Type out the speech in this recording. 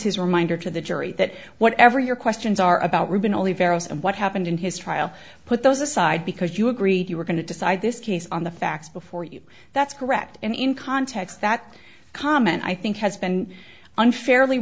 his reminder to the jury that whatever your questions are about reuben olivero of what happened in his trial put those aside because you agreed you were going to decide this case on the facts before you that's correct and in context that comment i think has been unfairly